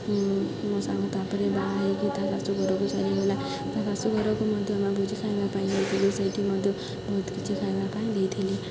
ମୋ ସାଙ୍ଗ ତା'ପରେ ବାହା ହୋଇକି ତା ଶାଶୁଘରକୁ ଚାଲିଗଲା ତା ଶାଶୁଘରକୁ ମଧ୍ୟ ଆମେ ଭୋଜି ଖାଇବା ପାଇଁ ଯାଇଥିଲି ସେଇଠି ମଧ୍ୟ ବହୁତ କିଛି ଖାଇବା ପାଇଁ ଦେଇଥିଲେ